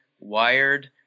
wired